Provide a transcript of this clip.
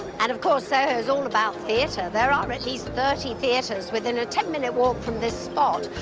and of course soho's all about theater. there are at least thirty theaters within a ten minute walk from this spot,